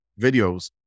videos